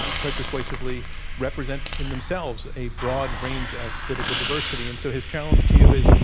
and quite persuasively represent in themselves a broad range of political diversity. and so his challenge to you is,